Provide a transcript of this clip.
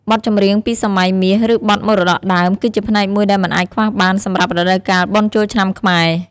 បទចម្រៀងពីសម័យមាស ឬ បទមរតកដើម គឺជាផ្នែកមួយដែលមិនអាចខ្វះបានសម្រាប់រដូវកាលបុណ្យចូលឆ្នាំខ្មែរ។